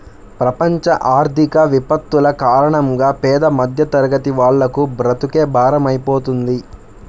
ప్రపంచ ఆర్థిక విపత్తుల కారణంగా పేద మధ్యతరగతి వాళ్లకు బ్రతుకే భారమైపోతుంది